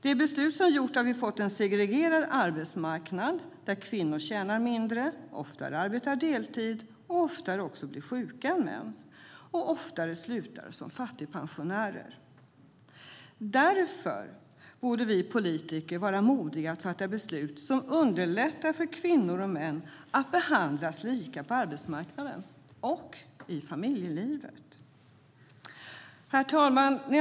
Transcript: Det är beslut som har gjort att vi fått en segregerad arbetsmarknad där kvinnor tjänar mindre, oftare arbetar deltid, oftare är sjuka och oftare slutar som fattigpensionärer än män. Därför borde vi politiker vara modiga och fatta beslut som underlättar för kvinnor och män att behandlas lika på arbetsmarknaden och i familjelivet. Herr talman!